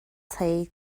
tae